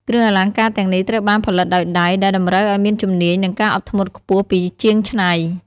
គ្រឿងអលង្ការទាំងនេះត្រូវបានផលិតដោយដៃ ដែលតម្រូវឱ្យមានជំនាញ និងការអត់ធ្មត់ខ្ពស់ពីជាងច្នៃ។